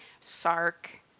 Sark